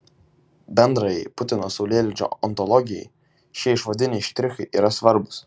bendrajai putino saulėlydžio ontologijai šie išvadiniai štrichai yra svarbūs